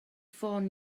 ffôn